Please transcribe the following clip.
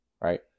right